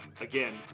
Again